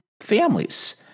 families